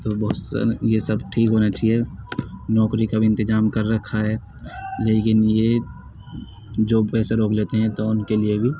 تو بہت یہ سب ٹھیک ہونا چاہیے نوکری کا بھی انتظام کر رکھا ہے لیکن یہ جو پیسے روک لیتے ہیں تو ان کے لیے بھی